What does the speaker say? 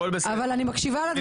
אבל אני מקשיבה לדברים.